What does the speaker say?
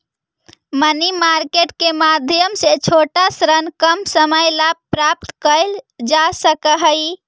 money market के माध्यम से छोटा ऋण कम समय ला प्राप्त कैल जा सकऽ हई